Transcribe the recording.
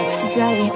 today